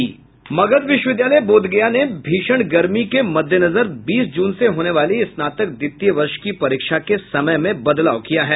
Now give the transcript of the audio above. मगध विश्वविद्यालय बोध गया ने भीषण गर्मी के मददेनजर बीस जून से होने वाली स्नातक द्वितीय वर्ष की परीक्षा के समय में बदलाव किया है